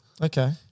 Okay